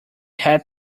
had